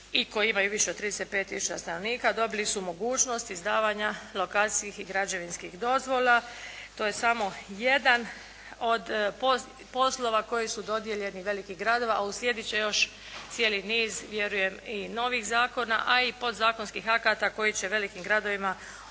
i koji imaju više od 35000 stanovnika dobili su mogućnost izdavanja lokacijskih i građevinskih dozvola. To je samo jedan od poslova koji su dodijeljeni velikih gradova, a uslijedit će još cijeli niz vjerujem i novih zakona, a i podzakonskih akata koji će velikim gradovima omogućiti